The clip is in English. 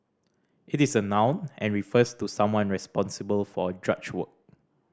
it is a noun and refers to someone responsible for drudge work